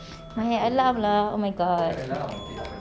my alarm lah oh my god